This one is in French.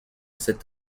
cet